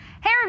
Hey